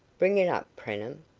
bring it up, preenham.